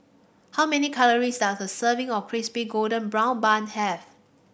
how many calories does a serving of Crispy Golden Brown Bun have